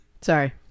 Sorry